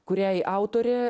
kuriai autorė